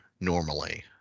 normally